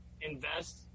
invest